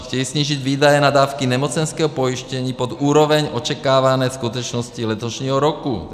Chtějí snížit výdaje na dávky nemocenského pojištění pod úroveň očekávané skutečnosti letošního roku.